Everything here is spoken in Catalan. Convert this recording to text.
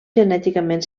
genèticament